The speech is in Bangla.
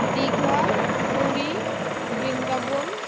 দীঘা পুরী বৃন্দাবন